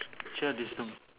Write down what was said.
child disa~